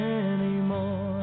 anymore